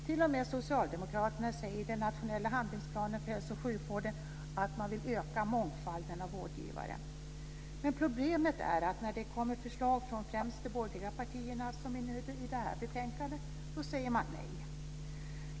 T.o.m. socialdemokraterna säger i den nationella handlingsplanen för hälso och sjukvården att man vill öka mångfalden av vårdgivare. Men problemet är att när det kommer förslag från främst de borgerliga partierna, som ni i detta betänkande, säger man nej.